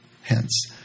hence